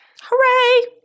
Hooray